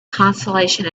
consolation